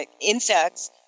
insects